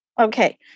okay